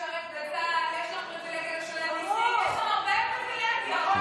ראו בדיוק מי פה האלים.